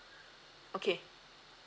okay